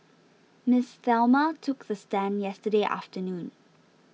Miss Thelma took the stand yesterday afternoon